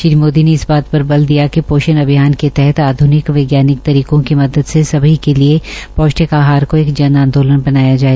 श्री मोदी ने इस बात पर बल दिया कि पोशण अभियान के तहत आधुनिक वैज्ञानिक तरीकों की मदद से सभी के लिए पोश्टिक आहार को एक जन आंदोलन बनाया जाए